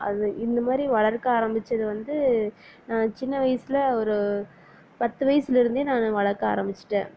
அது இந்த மாதிரி வளர்க்க ஆரம்பிச்சது வந்து சின்ன வயசில் ஒரு பத்து வயசிலிருந்து நான் வளர்க்க ஆரம்பிச்சுட்டேன்